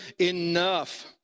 enough